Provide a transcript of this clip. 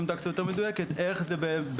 עם עמדה קצת יותר מדויקת איך זה בעצם